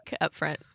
upfront